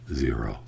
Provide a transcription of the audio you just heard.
zero